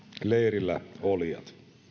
leirillä olijat